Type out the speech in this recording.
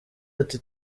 ati